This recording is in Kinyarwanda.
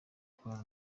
batwara